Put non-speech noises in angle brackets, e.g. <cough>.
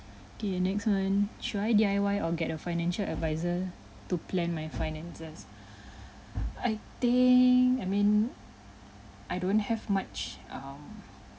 okay next one should I D_I_Y or get a financial adviser to plan my finances <breath> I think I mean I don't have much um